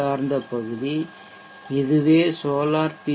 உள்ளார்ந்த பகுதி இதுவே சோலார் பி